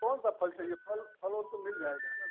कौन सा फल चाहिये फल फल वो तो मिल जायेगा